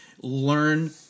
Learn